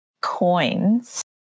coins